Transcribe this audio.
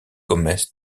gomes